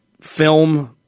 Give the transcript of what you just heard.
film